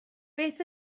beth